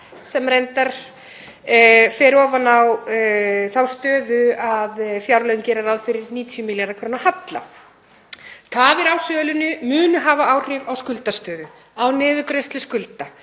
sem reyndar fer ofan á þá stöðu að fjárlögin gera ráð fyrir 90 milljarða kr. halla. Tafir á sölunni munu hafa áhrif á skuldastöðu, á niðurgreiðslu skulda,